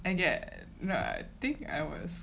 and yet no I think I was